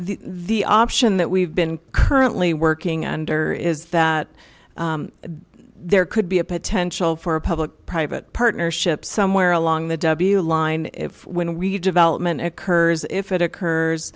the option that we've been currently working under is that there could be a potential for a public private partnership somewhere along the w line if when redevelopment occurs if it occurs